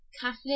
Catholic